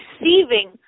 receiving